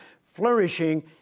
flourishing